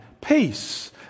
peace